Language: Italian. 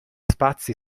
spazi